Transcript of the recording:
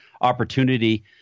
opportunity